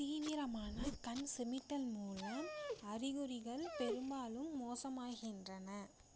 தீவிரமான கண் சிமிட்டல் மூலம் அறிகுறிகள் பெரும்பாலும் மோசமாகின்றன